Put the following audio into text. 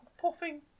puffing